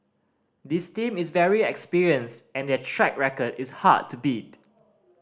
this team is very experienced and their track record is hard to beat